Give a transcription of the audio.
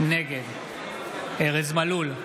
נגד ארז מלול,